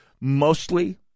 mostly